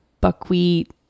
buckwheat